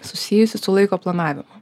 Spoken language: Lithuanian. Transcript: susijusi su laiko planavimu